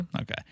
Okay